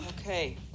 Okay